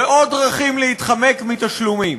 ועוד דרכים להתחמק מתשלומים.